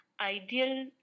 ideal